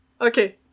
Okay